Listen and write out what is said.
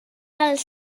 els